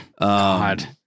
God